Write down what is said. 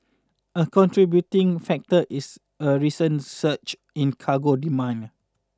a contributing factor is a recent surge in cargo demand